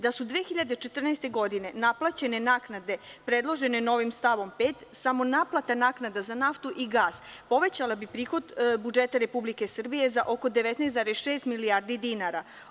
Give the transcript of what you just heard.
Da su 2014. godine naplaćene naknade predložene novim stavom 5, samo naplata naknade za naftu i gas povećala bi prihod budžeta Republike Srbije za oko 19,6 milijardi dinara.